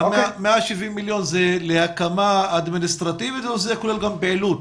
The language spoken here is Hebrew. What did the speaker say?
ה-170 מיליון שקלים מיועדים להקמה אדמיניסטרטיבית או זה כולל גם פעילות?